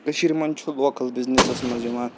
کٔشیٖر منٛز چھُ local businesses منٛز یِوان